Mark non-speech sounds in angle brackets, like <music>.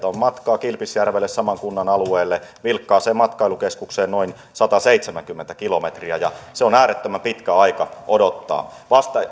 <unintelligible> on matkaa kilpisjärvelle saman kunnan alueelle vilkkaaseen matkailukeskukseen noin sataseitsemänkymmentä kilometriä se on äärettömän pitkä aika odottaa